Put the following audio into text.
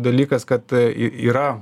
dalykas kad į yra